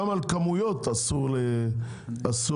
גם על כמויות אסור --- לא,